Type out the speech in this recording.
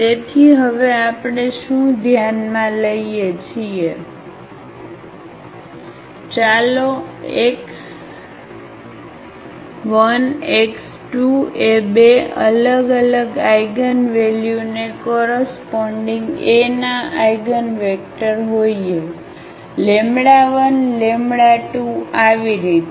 તેથી હવે આપણે શું ધ્યાનમાં લઈએ છીએ ચાલો x1x2 એ બે અલગ અલગ આઇગનવેલ્યુ ને કોરસપોન્ડીગ A ના આઇગનવેક્ટર હોઈએ 12 આવી રીતે